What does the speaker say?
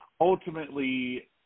ultimately